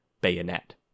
bayonet